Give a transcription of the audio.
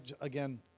again